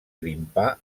grimpar